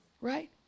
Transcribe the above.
right